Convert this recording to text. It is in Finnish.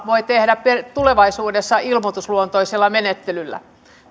voi saada tulevaisuudessa ilmoitusluontoisella menettelyllä